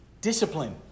discipline